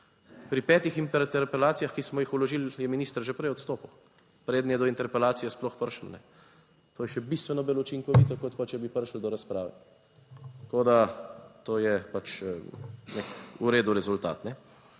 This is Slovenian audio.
Pri petih interpelacijah, ki smo jih vložili, je minister že prej odstopil preden je do interpelacije sploh prišlo. To je še bistveno bolj učinkovito kot pa če bi prišlo do razprave, tako da to je pač nek v redu rezultat.